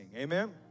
Amen